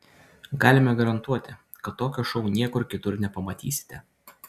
galime garantuoti kad tokio šou niekur kitur nepamatysite